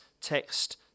text